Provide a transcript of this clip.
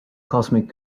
cosmic